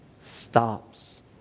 stops